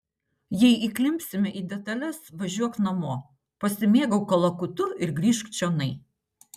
jei įklimpsime į detales važiuok namo pasimėgauk kalakutu ir grįžk čionai